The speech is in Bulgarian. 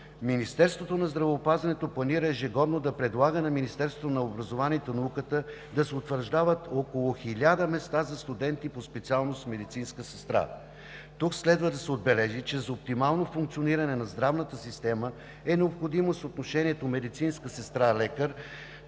Министерството на здравеопазването планира ежегодно да предлага на Министерството на образованието и науката да се утвърждават около 1000 места за студенти по специалност „Медицинска сестра“. Следва да се отбележи, че за оптималното функциониране на здравната система е необходимо съотношението медицинска сестра – лекар